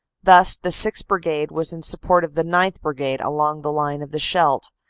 thus the sixth. brigade was in support of the ninth. brigade along the line of the scheidt,